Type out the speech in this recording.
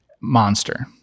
Monster